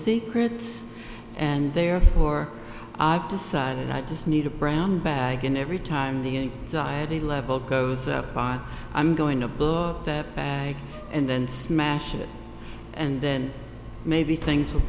secrets and therefore i decided i just need a brown bag and every time he died a level goes up pot i'm going to blow up that bag and then smash it and then maybe things will